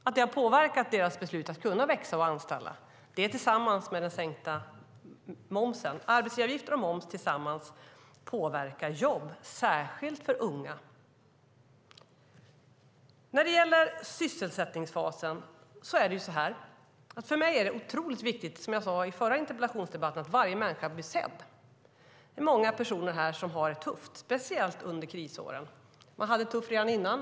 Detta har, tillsammans med den sänkta momsen, påverkat deras beslut att växa och anställa. Arbetsgivaravgifter och moms påverkar jobben, särskilt för unga. När det gäller sysselsättningsfasen är det för mig otroligt viktigt att varje människa blir sedd, som jag sade i förra interpellationsdebatten. Det är många personer som haft det tufft, speciellt under krisåren. Man hade det tufft redan innan.